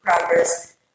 progress